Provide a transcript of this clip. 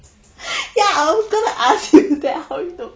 ya I was gonna ask you that how you know